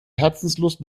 herzenslust